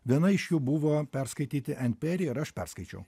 viena iš jų buvo perskaityti en peri ir aš perskaičiau